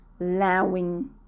allowing